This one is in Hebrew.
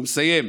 הוא מסיים: